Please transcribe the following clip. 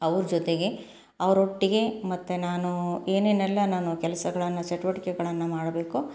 ಅವ್ರ ಜೊತೆಗೆ ಅವ್ರ ಒಟ್ಟಿಗೆ ಮತ್ತು ನಾನು ಏನೇನೆಲ್ಲ ನಾನು ಕೆಲಸಗಳನ್ನ ಚಟುವಟಿಕೆಗಳನ್ನು ಮಾಡಬೇಕೋ